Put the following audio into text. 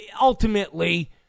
ultimately